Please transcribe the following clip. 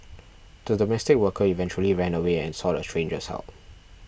the domestic worker eventually ran away and sought a stranger's help